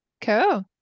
cool